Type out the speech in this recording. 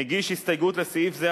הגיש הסתייגות לסעיף זה,